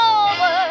over